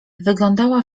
wyglądała